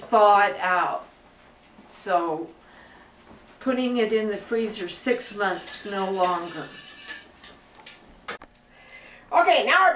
thought out so putting it in the freezer six months no longer ok now